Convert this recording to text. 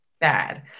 bad